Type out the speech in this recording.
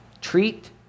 Treat